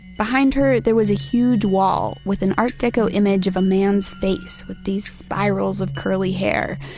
behind her, there was a huge wall with an art deco image of a man's face with these spirals of curly hair.